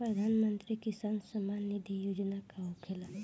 प्रधानमंत्री किसान सम्मान निधि योजना का होखेला?